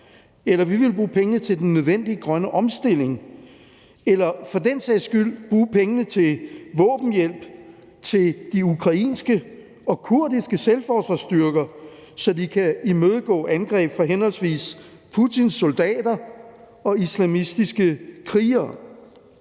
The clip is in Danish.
pensionister eller til den nødvendige grønne omstilling eller for den sags skyld til våbenhjælp til de ukrainske og kurdiske selvforsvarsstyrker, så de kan imødegå angreb fra henholdsvis Putins soldater og islamistiske krigere.